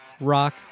rock